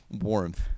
warmth